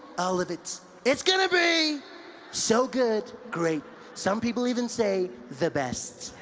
all of it it's gonna be so good, great some people even say, the best